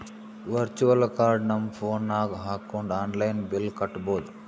virtual card ನಮ್ phone ನಾಗ್ ಹಾಕೊಂಡ್ ಆನ್ಲೈನ್ ಬಿಲ್ ಕಟ್ಟಬೋದು